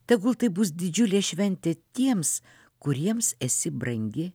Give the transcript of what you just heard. tegul tai bus didžiulė šventė tiems kuriems esi brangi